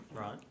Right